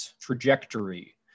trajectory